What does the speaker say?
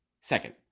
Second